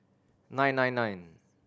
nine nine nine